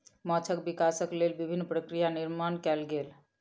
माँछक विकासक लेल विभिन्न प्रक्रिया निर्माण कयल गेल